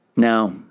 Now